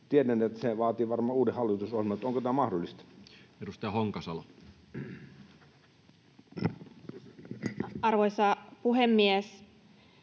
Tiedän, että se vaatii varmaan uuden hallitusohjelman, mutta onko tämä mahdollista? Edustaja Honkasalo. Arvoisa puhemies!